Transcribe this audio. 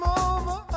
over